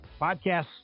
podcasts